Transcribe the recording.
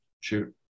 Shoot